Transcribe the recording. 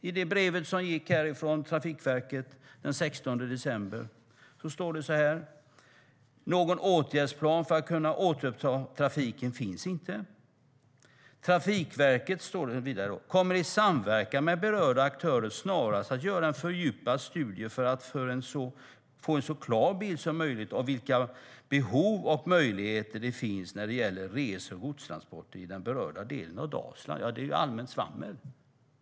I brevet som kom från Trafikverket den 16 december står det inte att det finns någon åtgärdsplan för att kunna återuppta trafiken. Det står: "Trafikverket kommer i samverkan med berörda aktörer snarast att göra en fördjupad studie för att få en så klar bild som möjligt av vilka behov och möjligheter det finns när det gäller resor och godstransporter i den berörda delen av Dalsland". Det är alltså allmänt svammel.